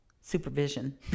supervision